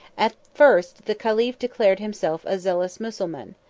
at first the caliph declared himself a zealous mussulman,